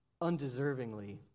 undeservingly